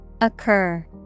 Occur